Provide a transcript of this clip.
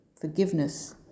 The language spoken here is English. forgiveness